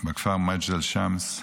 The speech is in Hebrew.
בכפר מג'דל שמס,